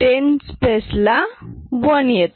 दशक स्थानी 1 येतो